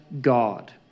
God